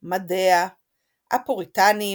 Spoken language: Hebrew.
"מדיאה", "הפוריטנים",